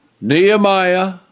Nehemiah